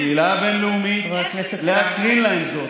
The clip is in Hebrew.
על הקהילה הבין-לאומית להקרין להם זאת.